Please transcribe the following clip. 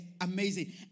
amazing